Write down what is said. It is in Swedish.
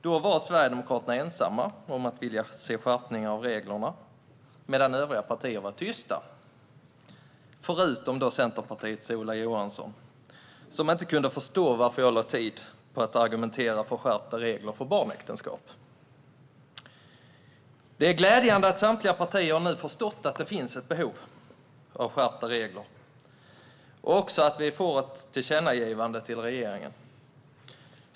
Då var Sverigedemokraterna ensamma om att vilja se skärpningar av reglerna medan övriga partier var tysta - förutom Centerpartiets Ola Johansson, som inte kunde förstå varför jag lade ned tid på att argumentera för skärpta regler mot barnäktenskap. Det är glädjande att samtliga partier nu har förstått att det finns ett behov av skärpta regler. Det är också glädjande att det blir ett tillkännagivande till regeringen.